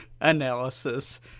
analysis